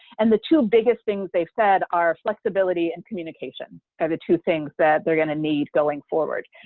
and the two biggest things they've said are flexibility and communication, are the two things that they're going to need going forward,